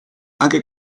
anche